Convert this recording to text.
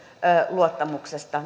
luottamuksesta